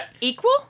equal